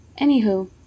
Anywho